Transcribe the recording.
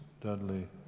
Dudley